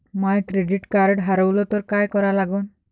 माय credit card हारवलं तर काय करा लागन?